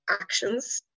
actions